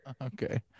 Okay